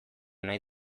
nahi